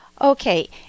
Okay